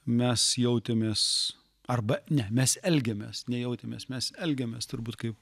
mes jautėmės arba ne mes elgėmės ne jautėmės mes elgėmės turbūt kaip